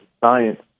science